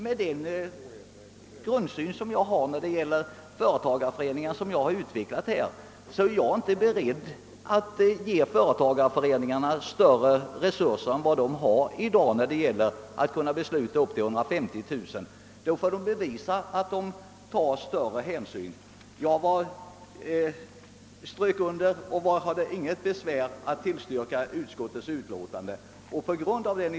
Med den grundsyn jag har när det gäller företagareföreningarna är jag inte beredd att ge dem möjlighet att bevilja lån till högre belopp än 150 000 kronor. I så fall får de bevisa att de tar större hänsyn än nu; jag delar helt utskottets uppfattning på den punkten.